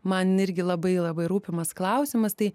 man irgi labai labai rūpimas klausimas tai